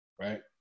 right